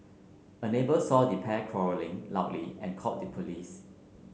a neighbour saw the pair quarrelling loudly and called the police